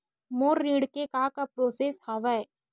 मोर ऋण के का का प्रोसेस हवय?